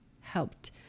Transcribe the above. helped